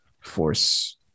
force